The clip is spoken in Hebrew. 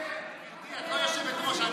את עדיין לא יושבת-ראש.